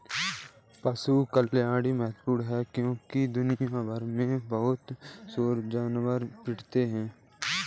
पशु कल्याण महत्वपूर्ण है क्योंकि दुनिया भर में बहुत सारे जानवर पीड़ित हैं